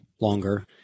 longer